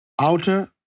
Outer